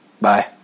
Bye